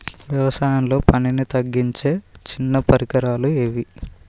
వ్యవసాయంలో పనిని తగ్గించే చిన్న పరికరాలు ఏవి?